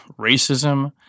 racism